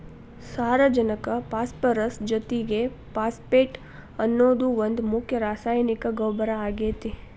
ಸಾರಜನಕ ಪಾಸ್ಪರಸ್ ಜೊತಿಗೆ ಫಾಸ್ಫೇಟ್ ಅನ್ನೋದು ಒಂದ್ ಮುಖ್ಯ ರಾಸಾಯನಿಕ ಗೊಬ್ಬರ ಆಗೇತಿ